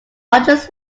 largest